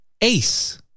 ace